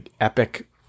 epic